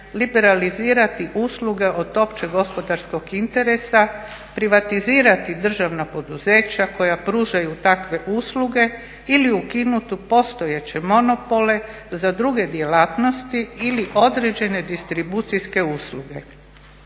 liberalizirati usluge od općeg gospodarskog interesa, privatizirati državna poduzeća koja pružaju takve usluge ili ukinuti postojeće monopole za druge djelatnosti ili određene distribucijske usluge.